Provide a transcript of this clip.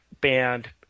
band